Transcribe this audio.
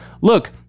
Look